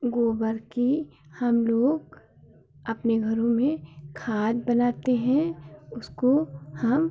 गोबर की हम लोग अपने घरों में खाद बनाते हैं उसको हम